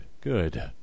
Good